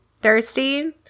thirsty